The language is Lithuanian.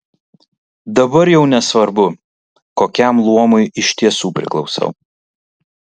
dabar jau nesvarbu kokiam luomui iš tiesų priklausau